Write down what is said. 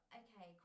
okay